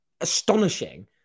astonishing